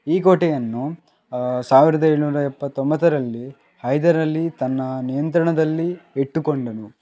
ಈ ಕೋಟೆಯನ್ನು ಸಾವಿರದ ಏಳುನೂರ ಎಪ್ಪತ್ತೊಂಬತ್ತರಲ್ಲಿ ಹೈದರಾಲಿ ತನ್ನ ನಿಯಂತ್ರಣದಲ್ಲಿ ಇಟ್ಟುಕೊಂಡನು